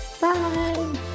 Bye